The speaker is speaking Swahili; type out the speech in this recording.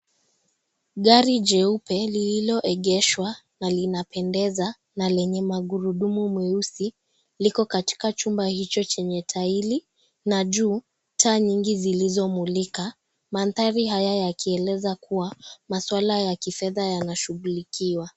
Gari jeupe lililoegeshwa na linapendeza na lenye makurudumu meusi, liko katika chumba hicho chenye taili na juu, taa nyingi zilizomulika. Mandhari haya yakieleza kuwa, masuala ya kifedha yanashughulikiwa.